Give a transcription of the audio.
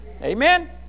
Amen